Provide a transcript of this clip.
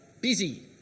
busy